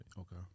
Okay